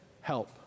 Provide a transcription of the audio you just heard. help